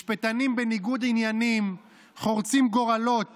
משפטנים בניגוד עניינים חורצים גורלות